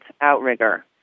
outrigger